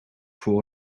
voor